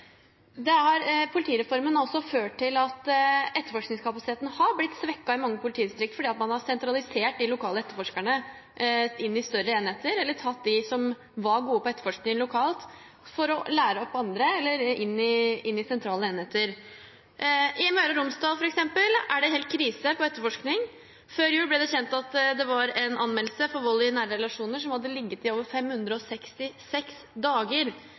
Politireformen har ført til at etterforskningskapasiteten har blitt svekket i mange politidistrikter, fordi man har sentralisert de lokale etterforskerne inn i større enheter, eller man har brukt dem som var gode i etterforskning lokalt, til å lære opp andre, eller man har tatt dem inn i sentrale enheter. I Møre og Romsdal, f.eks., er det helt krise for etterforskning. Før jul ble det kjent at det var en anmeldelse av vold i nære relasjoner som hadde ligget i over 566 dager,